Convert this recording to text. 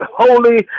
holy